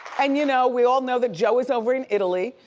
and you know, we all know that joe is over in italy.